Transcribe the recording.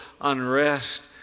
unrest